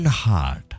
heart